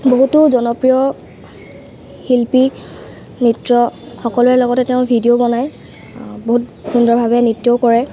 বহুতো জনপ্ৰিয় শিল্পী নৃত্য সকলোৰে লগতে তেওঁ ভিডিঅ' বনায় বহুত সুন্দৰভাৱে নৃত্যও কৰে